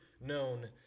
known